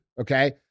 Okay